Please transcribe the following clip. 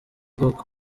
ubwoko